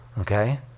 okay